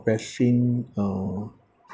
vaccine uh